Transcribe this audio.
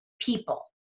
people